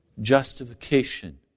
justification